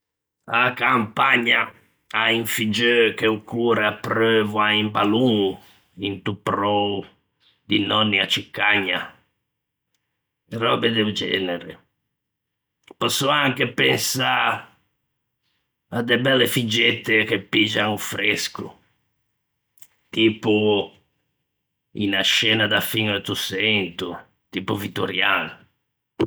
A-a campagna, à un figgeu che o core apreuvo à un ballon into prou di nònni à Cicagna, e röbe do genere; pòsso anche pensâ à de belle figgette che piggian o fresco, tipo unna scena da fin Euttoçento, tipo vittorian.